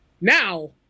now